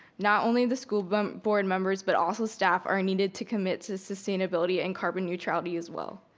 not only the school but board members but also staff are needed to commit to sustainability and carbon neutrality, as well.